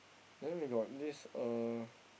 then we got this uh